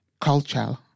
culture